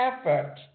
effort